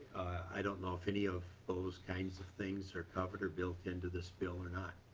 i don't know if any of those kind of things are covered or built into this bill or not.